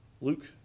Luke